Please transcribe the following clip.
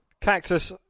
Cactus